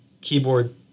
keyboard